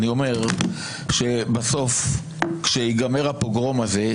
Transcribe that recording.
אני אומר שבסוף כאשר ייגמר הפוגרום הזה,